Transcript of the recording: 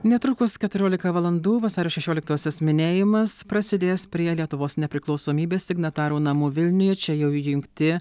netrukus keturiolika valandų vasario šešioliktosios minėjimas prasidės prie lietuvos nepriklausomybės signatarų namų vilniuje čia jau įjungti